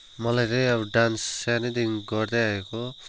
मलाई चाहिँ अब डान्स सानैदेखि गर्दै आएको